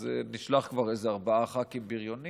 אז נשלח כבר איזה ארבעה ח"כים בריונים